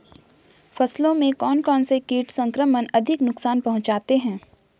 फसलों में कौन कौन से कीट संक्रमण अधिक नुकसान पहुंचाते हैं?